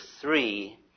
three